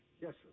Yes